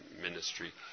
ministry